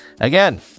Again